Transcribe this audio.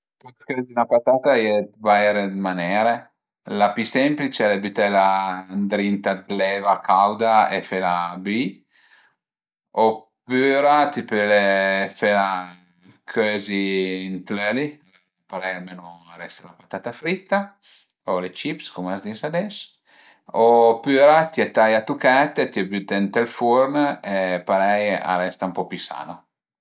Për cözi 'na patata a ie vaire manere, la pi semplice al e bütela ëndrinta ën l'eva cauda e fela büi opüra ti pöle fela cözi ën l'öli, parei almenu a resta 'na patata fritta o le chips cum a s'dis ades opüra t'ie taie a tuchet e t'ie büte ënt ël furn e parei a resta ën po pi sano